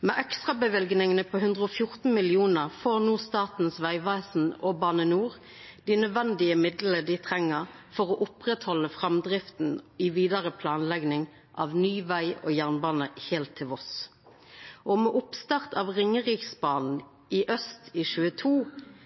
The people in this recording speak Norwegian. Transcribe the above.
Med ekstraløyvingane på 114 mill. kr får no Statens vegvesen og Bane NOR dei nødvendige midlane for å oppretthalde framdrifta i vidare planlegging av ny veg og jernbane heilt til Voss. Og med oppstart av Ringeriksbanen i aust i